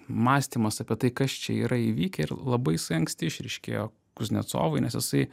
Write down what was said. mąstymas apie tai kas čia yra įvykę ir labai jisai anksti išryškėjo kuznecovui nes jisai